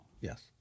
Yes